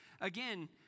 Again